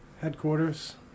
headquarters